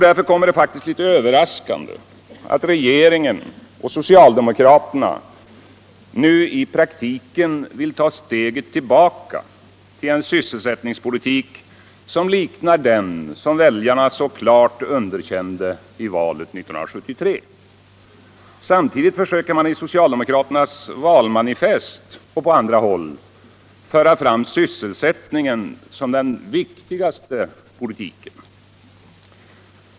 Därför kommer det faktiskt litet överraskande att regeringen och socialdemokraterna nu i praktiken vill ta steget tillbaka till en sysselsättningspolitik som liknar den som väljarna så klart underkände i valet 1973. Samtidigt försöker man i socialdemokraternas valmanifest och på andra håll föra fram sysselsättningen som den viktigaste politiken.